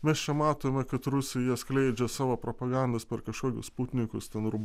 mes čia matome kad rusija skleidžia savo propagandas per kažkokius putnikus ten ar